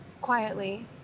quietly